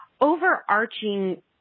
overarching